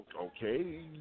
Okay